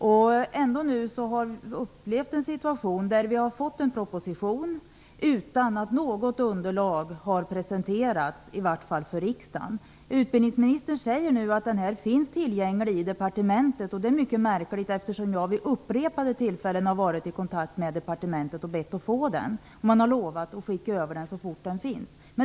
Vi har nu fått en proposition utan att något underlag har presenterats i vart fall för riksdagen. Utbildningsministern säger nu att förstudien finns tillgänglig i departementet. Det är mycket märkligt, eftersom jag vid upprepade tillfällen har varit i kontakt med departementet och bett att få den. Där har man lovat att skicka över den så fort den finns tillgänglig.